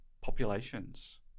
populations